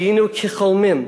היינו כחֹלמים".